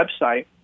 website